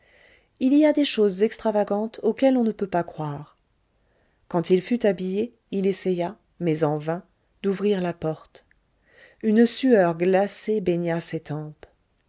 il y a des choses extravagantes auxquelles on ne peut pas croire quand il fut habillé il essaya mais en vain d'ouvrir la porte une sueur glacée baigna